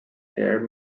hare